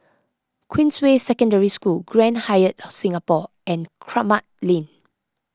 Queensway Secondary School Grand Hyatt Singapore and Kramat Lane